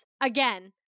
again